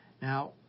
Now